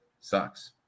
sucks